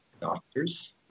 doctors